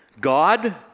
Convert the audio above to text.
God